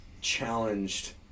challenged